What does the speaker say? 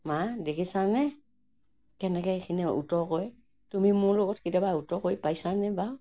মা দেখিছানে কেনেকৈ এইখিনি উত্তৰ কৰে তুমি মোৰ লগত কেতিয়াবা উত্তৰ কৰি পাইছানে বাৰু